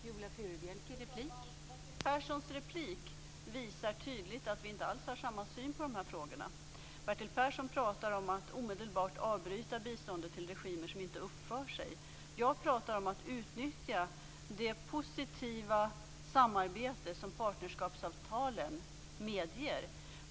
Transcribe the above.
Fru talman! Bertil Perssons replik visar tydligt att vi inte alls har samma syn på de här frågorna. Bertil Persson pratar om att omedelbart avbryta biståndet till regimer som inte uppför sig. Jag pratar om att utnyttja det positiva samarbete som partnerskapsavtalen medger.